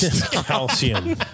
Calcium